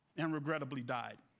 and regrettably, died.